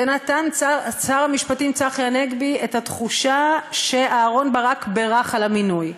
ונתן שר המשפטים צחי הנגבי את התחושה שאהרון ברק בירך על המינוי,